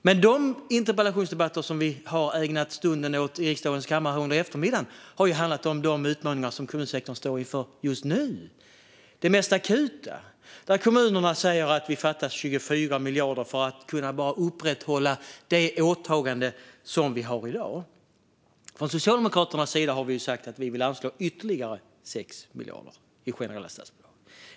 Men de interpellationsdebatter som vi har ägnat oss åt under eftermiddagen i riksdagens kammare har handlat om de utmaningar som kommunsektorn står inför just nu, det vill säga det mest akuta. Kommunerna säger att det fattas 24 miljarder för att upprätthålla de åtaganden som finns i dag. Vi socialdemokrater har sagt att vi vill anslå ytterligare 6 miljarder i generella statsbidrag.